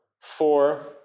four